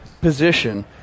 position